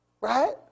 right